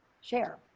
share